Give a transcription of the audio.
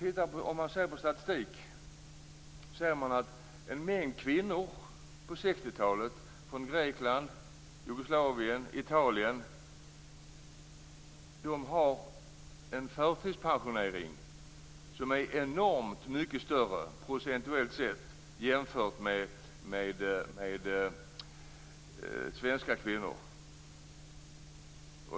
Procentuellt fler kvinnor från Grekland, Jugoslavien och Italien som kom hit på 60-talet är förtidspensionerade jämfört med svenska kvinnor.